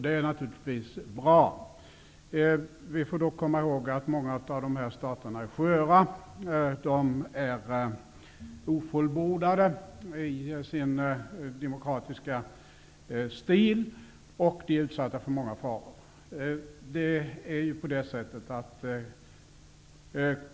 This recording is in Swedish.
Det är naturligtvis bra. Vi får då komma ihåg att många av dessa stater är sköra. De är ofullbordade i sin demokratiska stil, och de är utsatta för många faror.